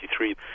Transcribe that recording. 1993